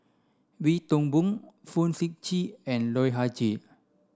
Wee Toon Boon Fong Sip Chee and Loh Ah Chee